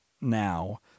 now